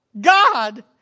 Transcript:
God